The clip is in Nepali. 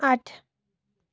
आठ